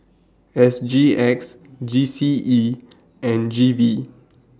S G X G C E and G V